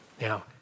Now